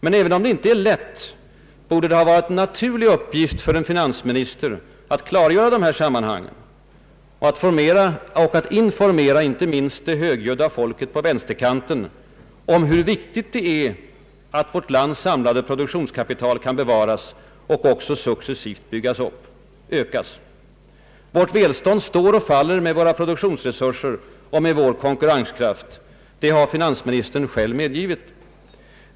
Men även om det inte är lätt borde det ha varit en naturlig uppgift för en finansminister att klargöra dessa sammanhang och att informera inte minst det högljudda folket på vänsterkanten om hur viktigt det är att vårt lands samlade produktionskapital bevaras och också successivt ökas. Vårt välstånd står och faller med våra produktionsresurser och med vår konkurrenskraft, det har finansministern själv medgivit.